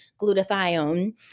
glutathione